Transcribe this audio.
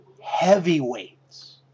heavyweights